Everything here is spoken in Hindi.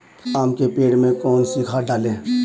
आम के पेड़ में कौन सी खाद डालें?